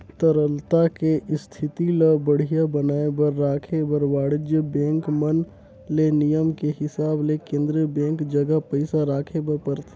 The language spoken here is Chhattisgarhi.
तरलता के इस्थिति ल बड़िहा बनाये बर राखे बर वाणिज्य बेंक मन ले नियम के हिसाब ले केन्द्रीय बेंक जघा पइसा राखे बर परथे